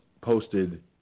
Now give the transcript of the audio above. posted